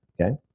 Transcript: Okay